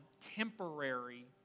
temporary